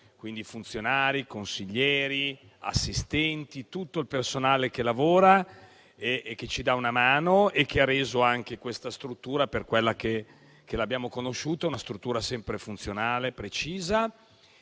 quindi ai consiglieri, agli assistenti, a tutto il personale che lavora, che ci dà una mano e che ha reso questa struttura quella che abbiamo conosciuta: una struttura sempre funzionale e precisa.